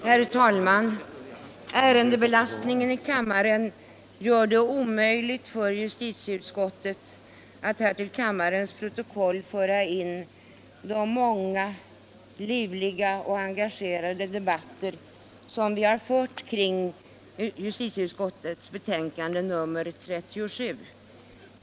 Herr'talman! Ärendebelastningen i kammaren gör det omöjligt för justiticutskottet att här till kammarens protokoll före en redogörelse för de många livliga och engagerade debatter som vi har fört kring justitieutskottelts betänkande nr 37.